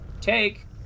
Take